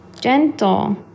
gentle